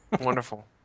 wonderful